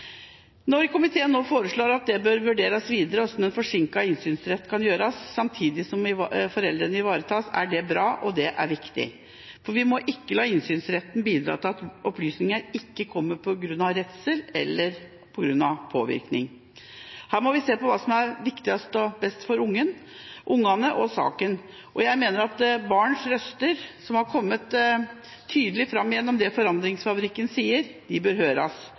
Når komiteen nå foreslår at det bør vurderes videre hvordan en forsinket innsynsrett kan gjøres samtidig som foreldre ivaretas, er det bra og viktig. Vi må ikke la innsynsretten bidra til at opplysninger ikke kommer fram på grunn av redsel eller påvirkning. Her må vi se på hva som er viktigst og best for barna og saken. Jeg mener at barnas røster som har kommet tidlig fram gjennom det Forandringsfabrikken sier, bør høres.